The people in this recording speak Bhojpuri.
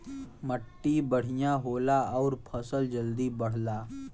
मट्टी बढ़िया होला आउर फसल जल्दी बढ़ला